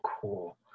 cool